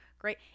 great